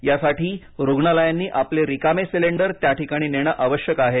यासाठी रुग्णालयांनी आपले रिकामे सिलिंडर त्या ठिकाणी नेणं आवश्यक आहे